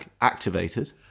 activated